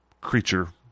creature